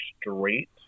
straight